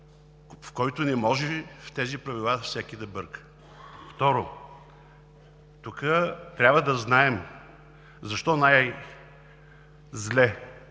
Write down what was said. в който не може, в тези правила, всеки да бърка. Второ, тук трябва да знаем защо най-зле